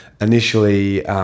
initially